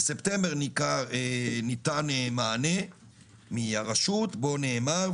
בספטמבר ניתן מענה מהרשות בו נאמר,